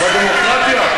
בדמוקרטיה?